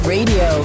Radio